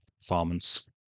performance